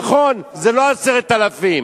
נכון, זה לא 10,000,